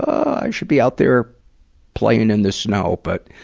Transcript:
i should be out there playing in the snow. but,